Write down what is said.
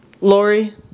Lori